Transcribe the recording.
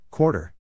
Quarter